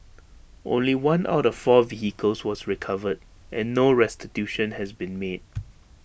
only one out of four vehicles was recovered and no restitution had been made